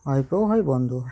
ভাইপোও হয় বন্ধু ও হয়